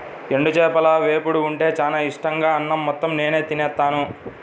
ఎండు చేపల వేపుడు ఉంటే చానా ఇట్టంగా అన్నం మొత్తం నేనే తినేత్తాను